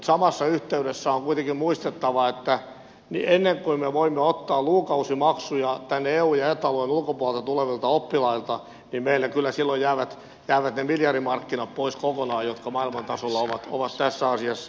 samassa yhteydessä on kuitenkin muistettava että ennen kuin me voimme ottaa lukukausimaksuja tänne eu ja eta alueen ulkopuolelta tulevilta oppilailta niin meillä kyllä silloin jäävät ne miljardimarkkinat pois kokonaan jotka maailman tasolla ovat tässä asiassa